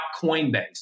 Coinbase